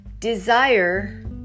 Desire